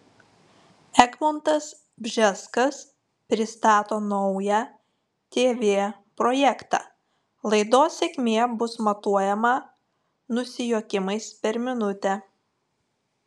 egmontas bžeskas pristato naują tv projektą laidos sėkmė bus matuojama nusijuokimais per minutę